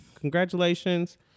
Congratulations